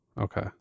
Okay